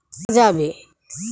কি কি পদ্ধতিতে লোন শোধ করা যাবে?